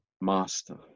Master